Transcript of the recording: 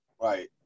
right